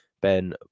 Ben